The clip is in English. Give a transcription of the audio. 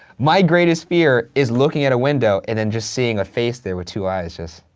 my greatest fear is looking at a window and then just seeing a face there with two eyes, just.